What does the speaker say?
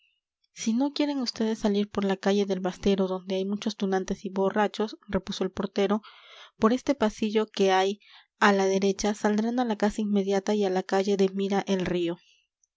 si no quieren vds salir por la calle del bastero donde hay muchos tunantes y borrachos repuso el portero por este pasillo que hay a la derecha saldrán a la casa inmediata y a la calle de mira el río